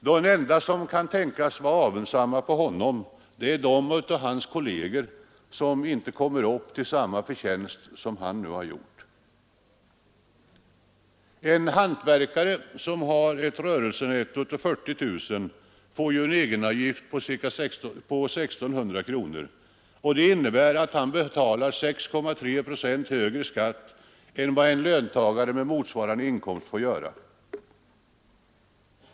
De enda som kan tänkas vara avundsamma på honom är de av hans kolleger, vilka inte kommer upp till samma förtjänst som han gjort. En hantverkare som har ett rörelsenetto av 40 000 kronor får en egenavgift på 1 600 kronor, vilket innebär att han betalar 6,3 procent högre skatt än vad en löntagare med motsvarande inkomst får göra.